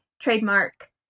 trademark